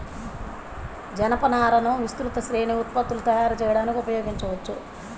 జనపనారను విస్తృత శ్రేణి ఉత్పత్తులను తయారు చేయడానికి ఉపయోగించవచ్చు